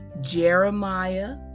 Jeremiah